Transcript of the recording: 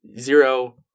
Zero